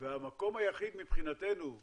והמקום היחיד מבחינתנו,